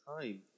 time